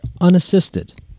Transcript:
unassisted